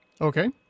Okay